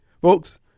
Folks